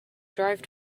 drive